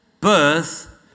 birth